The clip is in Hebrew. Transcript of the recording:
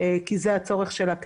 כי זה הצורך שלה כעת,